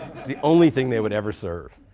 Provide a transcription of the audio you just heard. it's the only thing they would ever serve,